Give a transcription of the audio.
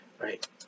right